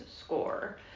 score